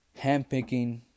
handpicking